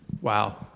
Wow